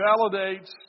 validates